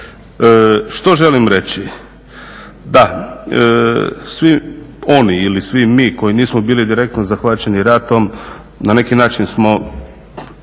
Što želim reći? Da, svi oni ili svi mi koji nismo bili direktno zahvaćeni ratom na neki način smo